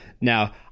Now